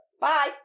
Bye